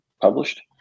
published